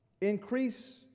increase